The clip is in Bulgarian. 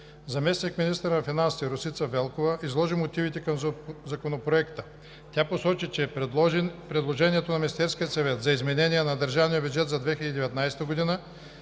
Заместник-министърът на финансите Росица Велкова изложи мотивите към Законопроекта. Тя посочи, че предложението на Министерския съвет за изменение на държавния бюджет за 2019 г.